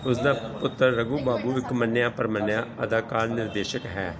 ਉਸ ਦਾ ਪੁੱਤਰ ਰਘੂ ਬਾਬੂ ਇੱਕ ਮੰਨਿਆ ਪ੍ਰਮੰਨਿਆ ਅਦਾਕਾਰ ਨਿਰਦੇਸ਼ਕ ਹੈ